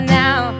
now